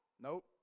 Nope